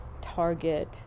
Target